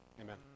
Amen